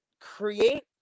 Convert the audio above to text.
create